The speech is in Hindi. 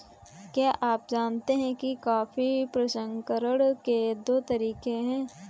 क्या आप जानते है कॉफी प्रसंस्करण के दो तरीके है?